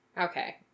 Okay